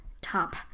top